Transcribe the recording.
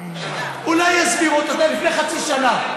אולי יש סבירות לפני חצי שנה.